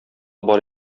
бар